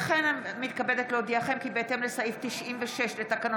כמו כן אני מתכבדת להודיעכם כי בהתאם לסעיף 96 לתקנון